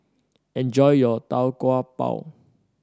enjoy your Tau Kwa Pau